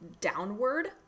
downward